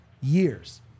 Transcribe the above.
years